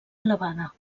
elevada